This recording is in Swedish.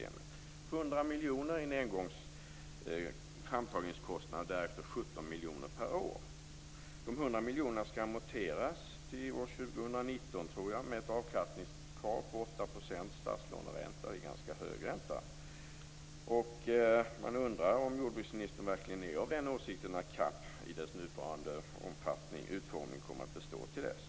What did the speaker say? Det blev 100 miljoner kronor i en engångsframtagningskostnad, och därefter 17 miljoner per år. De 100 miljonerna skall amorteras till år 2019, tror jag, med ett avkastningskrav på 8 % statslåneränta. Det är en ganska hög ränta. Man undrar om jordbruksministern verkligen är av åsikten att CAP i dess nuvarande utformning kommer att bestå till dess.